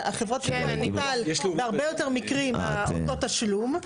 חברות הביטוח --- בהרבה יותר מקרים אותו תשלום.